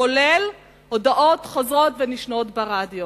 כולל הודעות חוזרות ונשנות ברדיו.